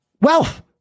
wealth